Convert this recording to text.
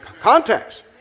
Context